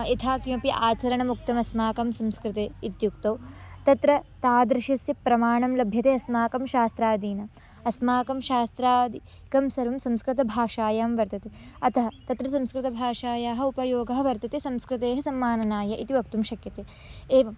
यथा किमपि आचरणम् उक्तमस्माकं संस्कृते इत्युक्तौ तत्र तादृशस्य प्रमाणं लभ्यते अस्माकं शास्त्रादीनाम् अस्माकं शास्त्रादीकं सर्वं संस्कृतभाषायां वर्तते अतः तत्र संस्कृतभाषायाः उपयोगः वर्तते संस्कृतेः सम्मानाय इति वक्तुम् शक्यते एवम्